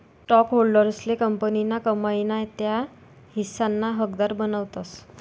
स्टॉकहोल्डर्सले कंपनीना कमाई ना त्या हिस्साना हकदार बनावतस